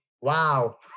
wow